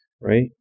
right